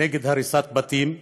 נגד הריסת בתים,